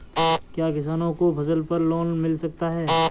क्या किसानों को फसल पर लोन मिल सकता है?